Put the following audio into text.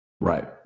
Right